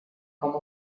com